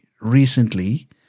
recently